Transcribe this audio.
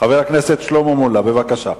חבר הכנסת שלמה מולה, בבקשה.